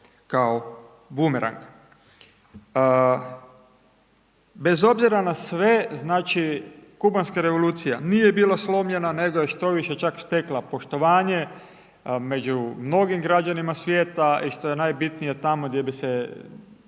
kao bumerang. Bez obzira na sve, znači kubanska revolucija nije bila slomljena nego je štoviše čak stekla poštovanje među mnogim građanima svijeta i što je najbitnije tamo gdje bi se